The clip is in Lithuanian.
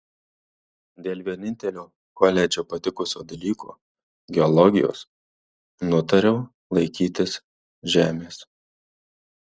dėl vienintelio koledže patikusio dalyko geologijos nutariau laikytis žemės